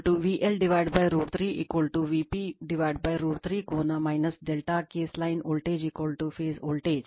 VAN VL √ 3 Vp √ √3 ಕೋನ delta case line voltage phase voltage